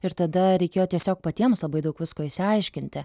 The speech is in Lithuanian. ir tada reikėjo tiesiog patiems labai daug visko išsiaiškinti